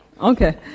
Okay